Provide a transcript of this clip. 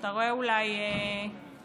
אתה רואה אולי מישהו?